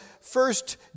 first